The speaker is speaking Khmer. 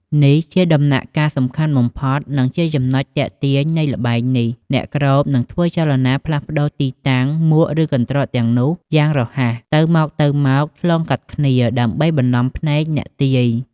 នេះជាដំណាក់កាលសំខាន់បំផុត និងជាចំណុចទាក់ទាញនៃល្បែងនេះ អ្នកគ្របនឹងធ្វើចលនា ផ្លាស់ប្ដូរទីតាំងមួកឬកន្ត្រកទាំងនោះយ៉ាងរហ័ស ទៅមកៗឆ្លងកាត់គ្នា ដើម្បីបន្លំភ្នែកអ្នកទាយ។